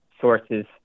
sources